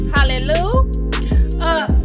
Hallelujah